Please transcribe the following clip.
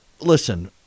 listen